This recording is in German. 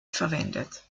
verwendet